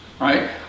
right